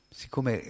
siccome